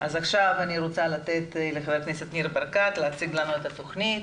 עכשיו אני רוצה לתת לחבר הכנסת ניר ברקת להציג לנו את התוכנית.